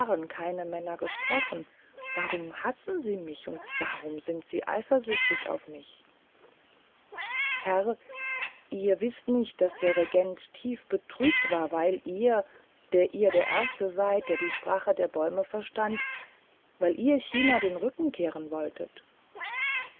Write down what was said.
keine männer gesprochen warum hassen sie mich und warum sind sie eifersüchtig auf mich herr ihr wißt nicht daß der regent tief betrübt war weil ihr der ihr der erste seid der die sprache der bäume verstand weil ihr china den rücken kehren wolltet